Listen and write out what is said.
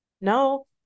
no